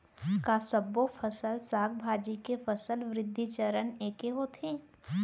का सबो फसल, साग भाजी के फसल वृद्धि चरण ऐके होथे?